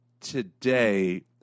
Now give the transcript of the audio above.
today